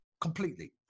completely